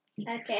Okay